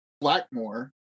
Blackmore